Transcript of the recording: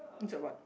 inside what